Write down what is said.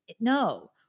no